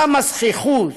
כמה זחיחות,